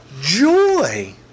Joy